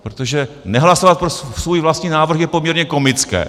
Protože nehlasovat pro svůj vlastní návrh je poměrně komické.